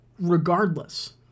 regardless